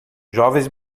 jovens